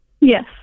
yes